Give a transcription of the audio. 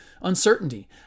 uncertainty